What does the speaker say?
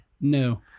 No